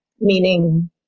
meaning